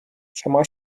شما